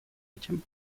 этим